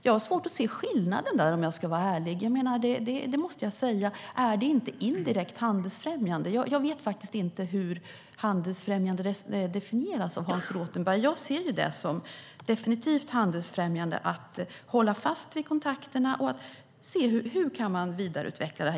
Jag har svårt att se skillnaden, om jag ska vara ärlig. Är inte detta indirekt handelsfrämjande? Jag vet inte hur handelsfrämjande definieras av Hans Rothenberg. Jag ser det definitivt som handelsfrämjande att hålla fast vid kontakterna och se hur de kan vidareutvecklas.